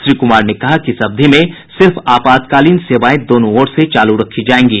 श्री कुमार ने कहा कि इस अवधि में सिर्फ आपातकालीन सेवाए दोनों ओर से चालू रखी जाएंगी